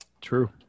True